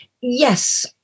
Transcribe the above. Yes